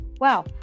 Wow